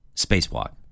spacewalk